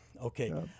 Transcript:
Okay